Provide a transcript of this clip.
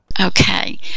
okay